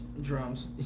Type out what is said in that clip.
drums